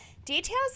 Details